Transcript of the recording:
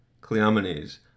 Cleomenes